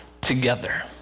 together